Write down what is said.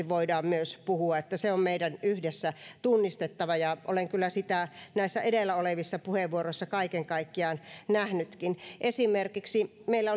voidaan myös puhua ja se on meidän yhdessä tunnistettava ja olen kyllä sitä näissä edellä olevissa puheenvuoroissa kaiken kaikkiaan nähnytkin esimerkiksi meillä